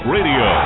Radio